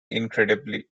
incredibly